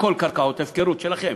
הכול קרקעות שלכם,